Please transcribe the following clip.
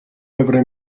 every